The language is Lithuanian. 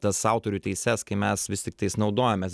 tas autorių teises kai mes vis tiktais naudojamės